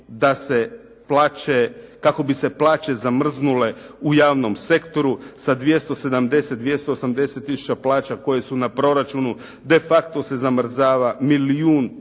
Vlada to čini kako bi se plaće zamrznule u javnom sektoru sa 270, 280 tisuća plaća koje su na proračunu de facto se zamrzava milijun 580 tisuća